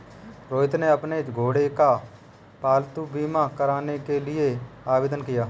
रोहित ने अपने घोड़े का पालतू बीमा करवाने के लिए आवेदन किया